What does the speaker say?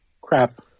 crap